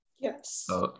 Yes